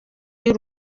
y’u